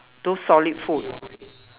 those solid food